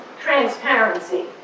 transparency